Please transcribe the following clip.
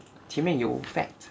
前面有 facd